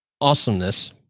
awesomeness